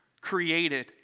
created